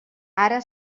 ara